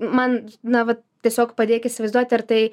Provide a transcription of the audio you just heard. man na vat tiesiog padėk įsivaizduoti ar tai